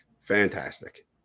fantastic